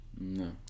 No